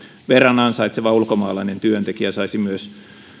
verran ansaitseva ulkomaalainen työntekijä saisi myös